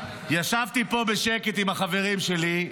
ישבתי פה בשקט עם החברים שלי.